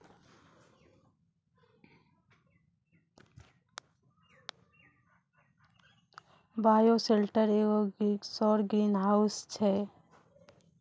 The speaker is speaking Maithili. बायोसेल्टर एगो सौर ग्रीनहाउस छै